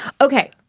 Okay